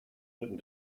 rücken